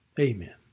Amen